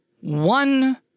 one